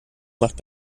macht